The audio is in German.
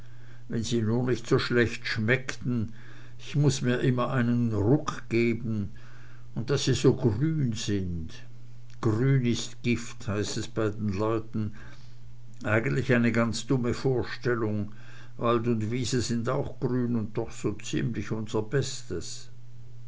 wenn sie nur nicht so schlecht schmeckten ich muß mir immer einen ruck geben und daß sie so grün sind grün ist gift heißt es bei den leuten eigentlich eine ganz dumme vorstellung wald und wiese sind auch grün und doch so ziemlich unser bestes